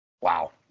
Wow